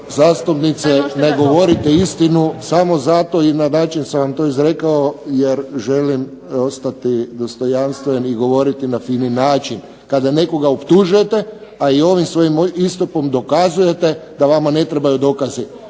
zastupnice, ne govorite istinu. Samo zato i na način sam vam to izrekao jer želim ostati dostojanstven i govoriti na fini način. Kada nekoga optužujete, a i ovim svojim istupom dokazujete da vama ne trebaju dokazi,